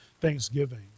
thanksgiving